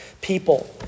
people